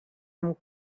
amb